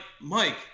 Mike